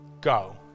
go